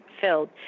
filled